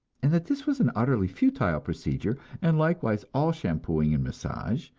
and that this was an utterly futile procedure, and likewise all shampooing and massage,